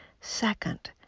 second